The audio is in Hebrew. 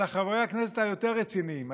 אלא לחברי הכנסת היותר-רציניים,